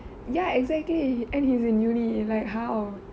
ya exactly and he's in uni like how